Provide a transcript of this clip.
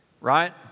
Right